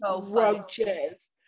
roaches